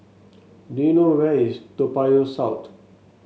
do you know where is Toa Payoh South